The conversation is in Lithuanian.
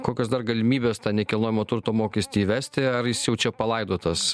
kokios dar galimybės tą nekilnojamo turto mokestį įvesti ar jis jau čia palaidotas